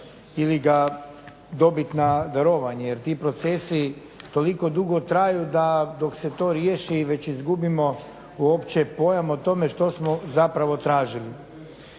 ili ga dobiti na darovanje. Jer ti procesi toliko dugo traju da dok se to riješi već izgubimo uopće pojam o tome što smo zapravo tražili.